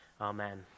amen